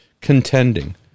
contending